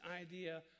idea